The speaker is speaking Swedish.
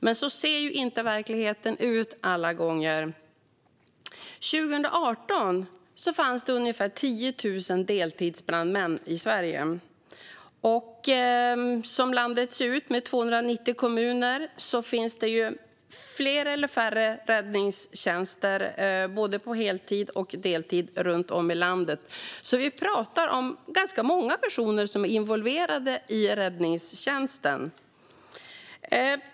Men så ser inte verkligheten ut alla gånger. År 2018 fanns det ungefär 10 000 deltidsbrandmän i Sverige. Som landet ser ut, med 290 kommuner, finns det fler eller färre räddningstjänster både på heltid och på deltid runt om i landet. Det är ganska många personer som är involverade i räddningstjänsten.